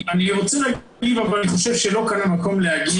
אני רוצה להגיב אבל אני חושב שלא כאן המקום להגיב.